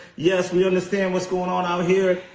yes, we understand what's goin' on out here.